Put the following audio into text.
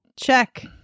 check